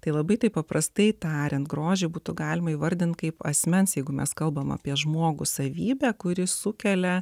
tai labai taip paprastai tariant grožį būtų galima įvardinti kaip asmens jeigu mes kalbame apie žmogų savybę kuri sukelia